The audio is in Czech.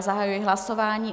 Zahajuji hlasování.